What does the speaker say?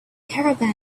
caravan